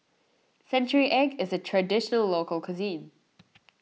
Century Egg is a Traditional Local Cuisine